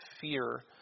fear